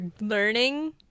learning